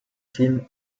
film